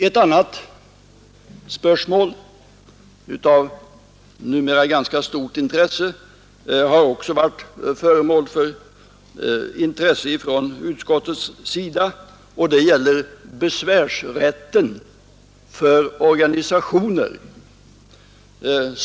Ett annat spörsmål av numera ganska stort intresse har också varit föremål för uppmärksamhet från utskottets sida. Det gäller besvärsrätten för organisationer.